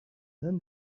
then